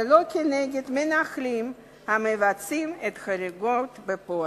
ולא נגד מנהלים המבצעים את החריגות בפועל.